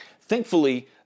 Thankfully